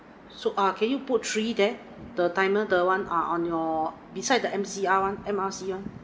so uh can you put three there the timer the one uh on your beside the M_C_R [one] M_R_C [one]